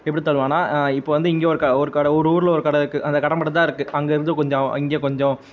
எப்படி தள்ளுவான்னால் இப்போ வந்து இங்கே ஒரு க ஒரு கடை ஒரு ஊரில் ஒரு கடை இருக்குது அந்த கடை மட்டும் தான் இருக்குது அங்கேருந்து கொஞ்சம் இங்கே கொஞ்சம்